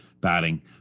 batting